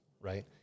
right